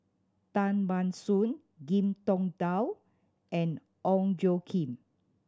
Tan Ban Soon Ngiam Tong Dow and Ong Tjoe Kim